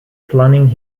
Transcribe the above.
planning